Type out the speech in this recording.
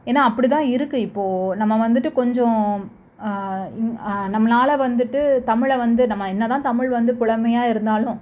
ஏன்னால் அப்படிதான் இருக்குது இப்போது நம்ம வந்துட்டு கொஞ்சம் நம்மளால வந்துட்டு தமிழை வந்து நம்ம என்ன தான் தமிழ் வந்து புலமையாக இருந்தாலும்